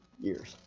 years